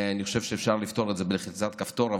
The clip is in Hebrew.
אני חושב שאפשר לפתור את זה בלחיצת כפתור,